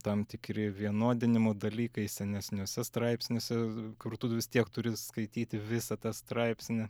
tam tikri vienodinimo dalykai senesniuose straipsniuose kur tu vis tiek turi skaityti visą tą straipsnį